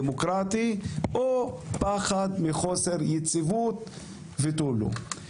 דמוקרטי או פחד מחוסר יציבות ותו לא?